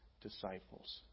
disciples